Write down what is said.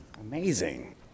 Amazing